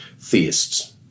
theists